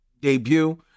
debut